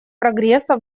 прогресса